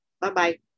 Bye-bye